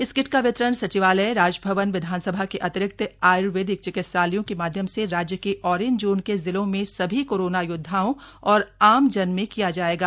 इस किट का वितरण सचिवालय राजभवन विधानसभा के अतिरिक्त आय्र्वेदिक चिकित्सालयों के माध्यम से राज्य के ऑरेंज जोन के जिलों में सभी कोरोना योद्वाओं और आमदन में किया जाएगा